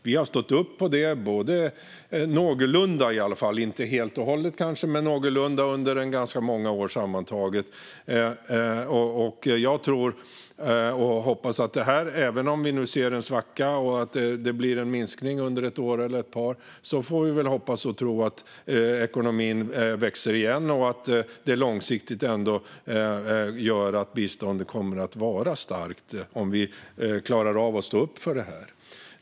Vi har stått upp för det - inte helt och hållet, kanske, men i alla fall någorlunda - under sammantaget ganska många år. Även om vi nu ser en svacka och en minskning under ett eller ett par år får vi väl hoppas och tro att ekonomin växer igen och att det långsiktigt ändå gör att biståndet kommer att vara starkt, om vi klarar av att stå upp för detta.